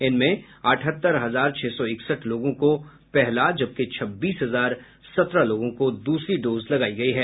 इनमें अठहत्तर हजार छह सौ इकसठ लोगों को पहला जबकि छब्बीस हजार सत्रह लोगों को दूसरी डोज लगायी गयी है